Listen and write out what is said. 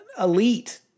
elite